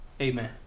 Amen